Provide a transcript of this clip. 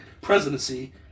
presidency